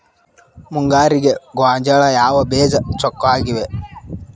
ಮುಂಗಾರಿಗೆ ಗೋಂಜಾಳ ಯಾವ ಬೇಜ ಚೊಕ್ಕವಾಗಿವೆ?